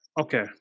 Okay